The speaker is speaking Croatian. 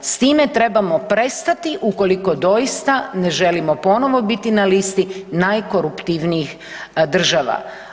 S time trebamo prestati ukoliko doista ne želimo ponovo biti na listi najkoruptivnijih država.